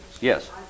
yes